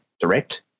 Direct